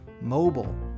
mobile